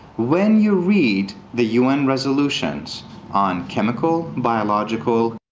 when you read the un resolutions on chemical, biological,